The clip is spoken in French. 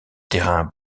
terrain